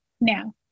now